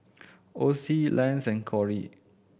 Ocie Lance and Kori